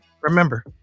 Remember